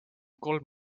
kolm